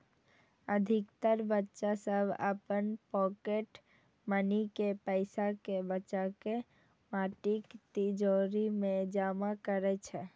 अधिकतर बच्चा सभ अपन पॉकेट मनी के पैसा कें बचाके माटिक तिजौरी मे जमा करै छै